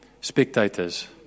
spectators